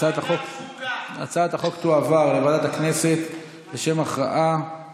הצעת החוק עברה בקריאה ראשונה,